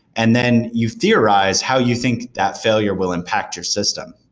and then you theorize how you think that failure will impact your system.